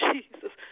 Jesus